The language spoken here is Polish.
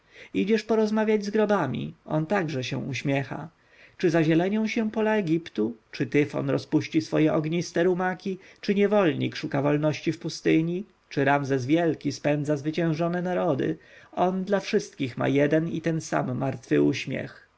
idziesz porozmawiać z grobami on także się uśmiecha czy zazielenią się pola egiptu czy tyfon rozpuści swoje ogniste rumaki czy niewolnik szuka wolności w pustyni czy ramzes wielki spędza zwyciężone narody on dla wszystkich ma jeden i ten sam martwy uśmiech